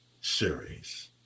series